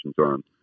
on